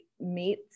meet